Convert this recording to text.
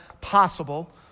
possible